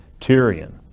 Tyrion